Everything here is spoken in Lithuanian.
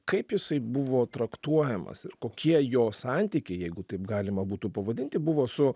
kaip jisai buvo traktuojamas ir kokie jo santykiai jeigu taip galima būtų pavadinti buvo su